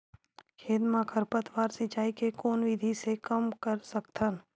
खेत म खरपतवार सिंचाई के कोन विधि से कम कर सकथन?